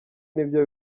nibyo